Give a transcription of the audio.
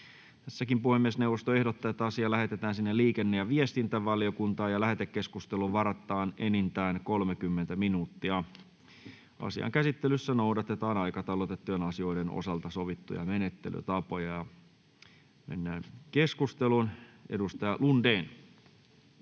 asia. Puhemiesneuvosto ehdottaa, että asia lähetetään liikenne‑ ja viestintävaliokuntaan. Lähetekeskusteluun varataan enintään 30 minuuttia. Asian käsittelyssä noudatetaan aikataulutettujen asioiden osalta sovittuja menettelytapoja. — Edustaja Lundén.